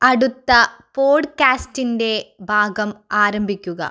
അടുത്ത പോഡ്കാസ്റ്റിൻ്റെ ഭാഗം ആരംഭിക്കുക